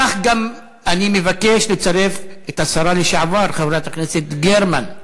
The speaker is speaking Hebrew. כך גם אני מבקש לצרף את השרה לשעבר חברת הכנסת גרמן.